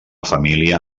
família